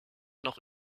noch